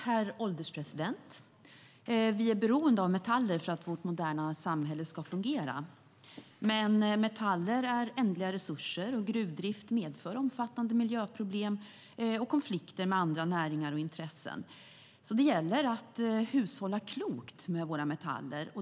Herr ålderspresident! Vi är beroende av metaller för att vårt moderna samhälle ska fungera. Men metaller är ändliga resurser, och gruvdrift medför omfattande miljöproblem och konflikter med andra näringar och intressen. Det gäller alltså att hushålla klokt med våra metaller.